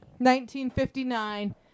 1959